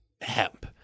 hemp